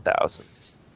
thousands